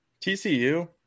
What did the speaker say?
TCU